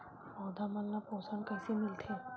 पौधा मन ला पोषण कइसे मिलथे?